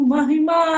Mahima